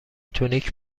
تونیک